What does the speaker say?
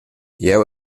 jeu